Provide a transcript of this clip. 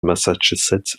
massachusetts